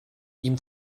ihm